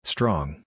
Strong